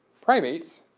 primates,